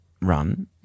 run